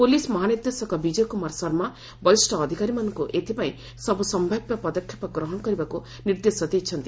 police ମହାନିର୍ଦ୍ଦେଶକ ବିଜୟ କୁମାର ଶର୍ମା ବରିଷ୍ଠ ଅଧିକାରୀମାନଙ୍କୁ ଏଥିପାଇଁ ସବୁ ସନ୍ତାବ୍ୟ ପଦକ୍ଷେପ ଗ୍ରହଣ କରିବାକୁ ନିର୍ଦ୍ଦେଶ ଦେଇଛନ୍ତି